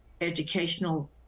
educational